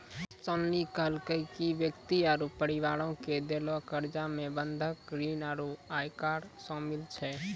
शालिनी कहलकै कि व्यक्ति आरु परिवारो के देलो कर्जा मे बंधक ऋण आरु आयकर शामिल छै